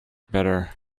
better